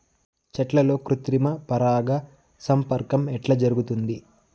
చెట్లల్లో కృత్రిమ పరాగ సంపర్కం ఎట్లా జరుగుతుంది?